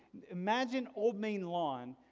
imagine old main lawn.